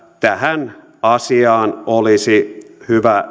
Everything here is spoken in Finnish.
tähän asiaan olisi hyvä